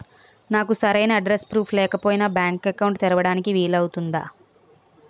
నాకు సరైన address proof లేకపోయినా బ్యాంక్ అకౌంట్ తెరవడానికి వీలవుతుందా?